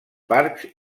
parcs